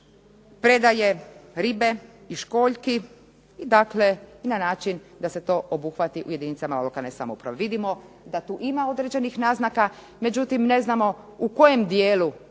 predaju ribe i školjki i dakle na način da se to obuhvati u jedinicama lokalne samouprave. Vidimo da tu ima određenih naznaka, međutim ne znamo u kojem dijelu